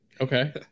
Okay